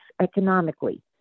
economically